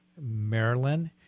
Maryland